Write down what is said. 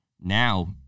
now